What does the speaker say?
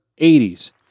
80s